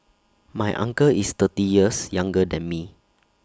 my uncle is thirty years younger than me